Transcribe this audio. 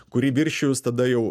kurį viršijus tada jau